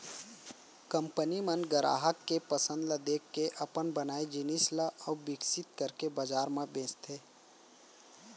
company मन गराहक के पसंद ल देखके अपन बनाए जिनिस ल अउ बिकसित करके बजार म बेचथे